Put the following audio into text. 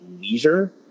leisure